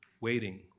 Waiting